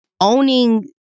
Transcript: Owning